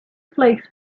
flakes